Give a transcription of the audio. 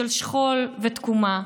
של שכול ותקומה,